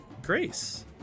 grace